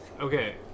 Okay